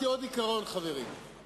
אפשר עוד לעשות משהו בנושא הזה.